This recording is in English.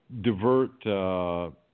divert